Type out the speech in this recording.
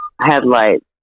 headlights